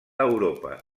europa